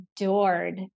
adored